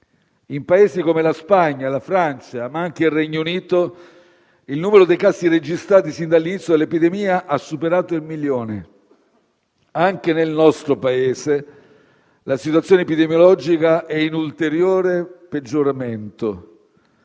In Paesi come la Spagna, la Francia, ma anche il Regno Unito, il numero dei casi registrati sin dall'inizio dell'epidemia ha superato il milione. Anche nel nostro Paese la situazione epidemiologica è in ulteriore peggioramento.